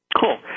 Cool